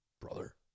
brother